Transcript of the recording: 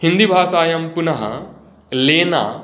हिन्दीभाषायां पुनः लेना